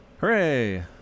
Hooray